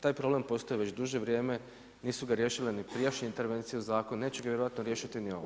Taj problem postoji već duže vrijeme, nisu ga riješile ni prijašnje intervencije u zakon, neće ga vjerojatno riješiti ni ova